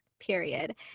period